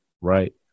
Right